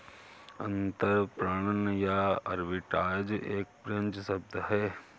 अंतरपणन या आर्बिट्राज एक फ्रेंच शब्द है